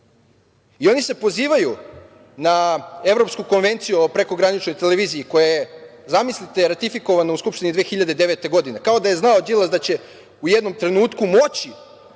i oni se pozivaju na Evropsku konvenciju o prekograničnoj televiziji, koja je, zamislite, ratifikovana u Skupštini 2009. godine, kao da je znao Đilas da će u jednom trenutku moći